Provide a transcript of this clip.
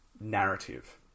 narrative